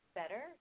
better